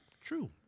True